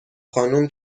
خانوم